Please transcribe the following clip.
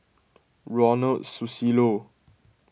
Ronald Susilo